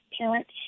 Parents